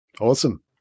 Awesome